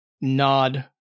nod